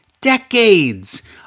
decades